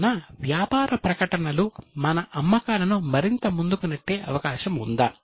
కావున వ్యాపార ప్రకటనలు మన అమ్మకాలను మరింత ముందుకు నెట్టే అవకాశం ఉందా